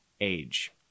age